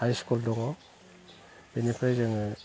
high school दङ बेनिफ्राय जोङो